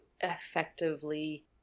effectively